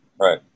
right